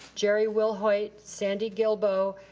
jerry wilhoit, sandy gilbo,